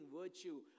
virtue